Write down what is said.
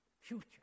future